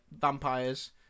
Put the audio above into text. vampires